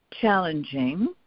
challenging